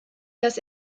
das